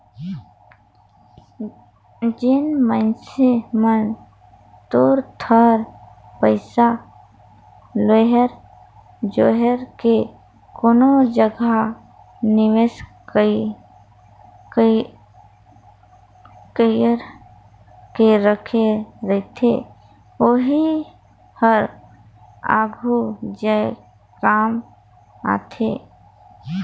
जेन मइनसे मन थोर थार पइसा लोएर जोएर के कोनो जगहा निवेस कइर के राखे रहथे ओही हर आघु जाए काम आथे